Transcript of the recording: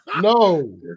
no